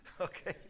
Okay